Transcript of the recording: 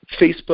Facebook